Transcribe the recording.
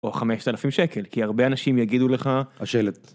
או 5,000 שקל, כי הרבה אנשים יגידו לך, השלט.